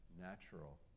natural